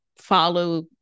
follow